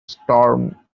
storm